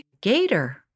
Gator